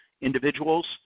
individuals